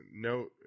no